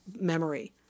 memory